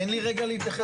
תן לי רגע להתייחס.